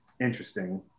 Interesting